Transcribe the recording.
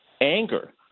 anger